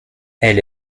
elle